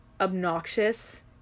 obnoxious